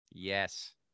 Yes